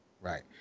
Right